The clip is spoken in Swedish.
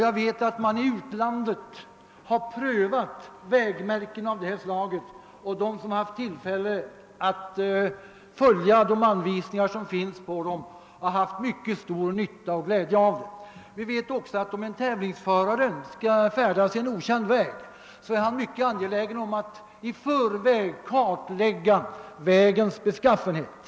Jag vet att man i utlandet har prövat vägmärken av det slag jag har angivit och att de som haft tillfälle att följa anvisningarna på dem har haft mycket stor nytta och glädje av dem. Vi vet också att en tävlingsförare som skall färdas på en okänd väg är mycket noga med att i förväg kartlägga vägens beskaffenhet.